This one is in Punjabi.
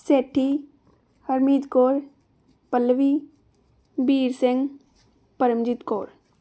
ਸੇਠੀ ਹਰਮੀਤ ਕੌਰ ਪਲਵੀ ਬੀਰ ਸਿੰਘ ਪਰਮਜੀਤ ਕੌਰ